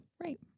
Right